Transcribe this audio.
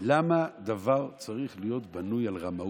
למה דבר צריך להיות בנוי על רמאות?